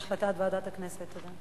להחלטת ועדת הכנסת.